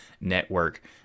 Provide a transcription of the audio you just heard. network